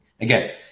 Again